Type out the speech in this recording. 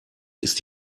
ist